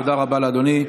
תודה רבה לאדוני.